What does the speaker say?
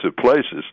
places